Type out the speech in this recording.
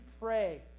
pray